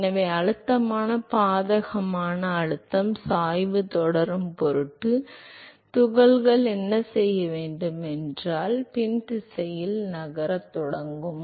எனவே அழுத்தம் பாதகமான அழுத்தம் சாய்வு தொடரும் பொருட்டு துகள்கள் என்ன செய்ய வேண்டும் என்றால் அவர்கள் பின்தங்கிய திசையில் நகரும் தொடங்கும்